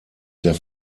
der